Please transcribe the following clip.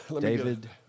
David